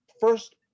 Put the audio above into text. first